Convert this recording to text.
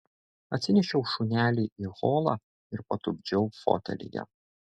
atsinešiau šunelį į holą ir patupdžiau fotelyje